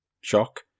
shock